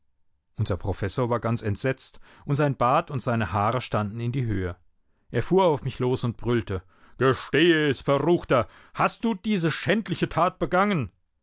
unser professor war ganz entsetzt und sein bart und seine haare standen in die höhe er fuhr auf mich los und brüllte gestehe es verruchter hast du diese schändliche tat begangen